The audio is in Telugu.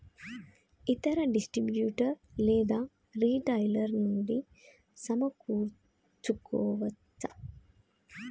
ఇతర డిస్ట్రిబ్యూటర్ లేదా రిటైలర్ నుండి సమకూర్చుకోవచ్చా?